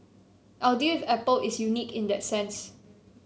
our deal with Apple is unique in that sense